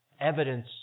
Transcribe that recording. evidence